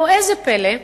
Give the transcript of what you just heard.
וראה זה פלא,